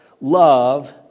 love